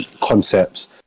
concepts